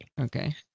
Okay